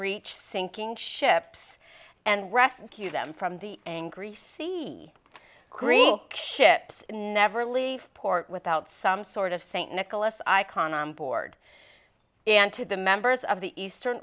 reach sinking ships and rescue them from the angry sea green ships never leave port without some sort of saint nicholas icon on board and to the members of the eastern